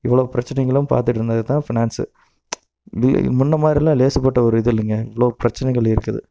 இவ்வளோ பிரச்சனைகளும் பார்த்துட்டு இருந்தது தான் ஃபினான்ஸு முன்னே மாதிரிலாம் லேசுப்பட்ட ஒரு இது இல்லைங்க இவ்வளோ பிரச்சனைகள் இருக்குது